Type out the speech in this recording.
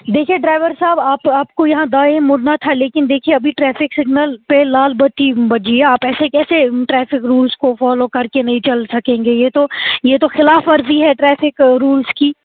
دیکھیے ڈرائیور صاحب آپ توآپ کو یہاں دائیں مڑنا تھا لیکن دیکھیے ابھی ٹریفک سگنل پہ لال بتی بجی ہے آپ ایسے کیسے ٹریفک رولس کو فالو کر کے نہیں چل سکیں گے یہ تو یہ تو خلاف ورزی ہے ٹریفک رولز کی